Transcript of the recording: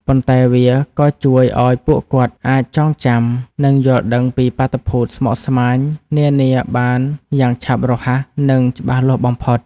ប៉ុន្តែវាក៏ជួយឱ្យពួកគាត់អាចចងចាំ និងយល់ដឹងពីបាតុភូតស្មុគស្មាញនានាបានយ៉ាងឆាប់រហ័ស និងច្បាស់លាស់បំផុត។